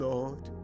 Lord